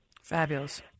Fabulous